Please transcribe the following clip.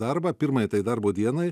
darbą pirmai tai darbo dienai